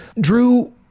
drew